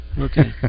okay